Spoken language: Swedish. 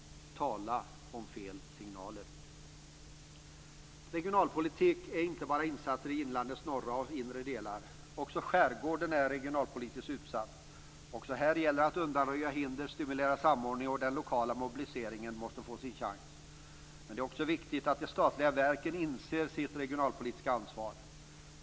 Tala om fel signaler! Regionalpolitik är inte bara insatser i landets norra och inre delar. Också skärgården är regionalpolitiskt utsatt. Även där gäller det att undanröja hinder och stimulera samordning. Den lokala mobiliseringen måste få sin chans. Men det är också viktigt att de statliga verken inser sitt regionalpolitiska ansvar.